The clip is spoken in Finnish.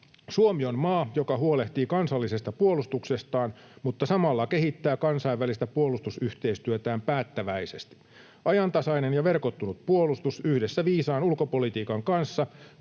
Suomi on maa, joka huolehtii kansallisesta puolustuksestaan mutta samalla kehittää kansainvälistä puolustusyhteistyötään päättäväisesti. Ajantasainen ja verkottunut puolustus yhdessä viisaan ulkopolitiikan kanssa